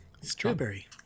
Strawberry